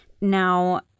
Now